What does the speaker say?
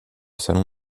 salon